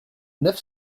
neuf